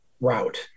route